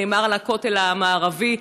נאמר על הכותל המערבי,